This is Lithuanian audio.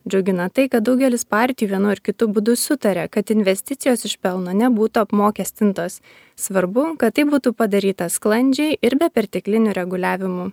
džiugina tai kad daugelis partijų vienu ar kitu būdu sutaria kad investicijos iš pelno nebūtų apmokestintos svarbu kad tai būtų padaryta sklandžiai ir be perteklinių reguliavimų